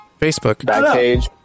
Facebook